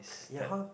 ya how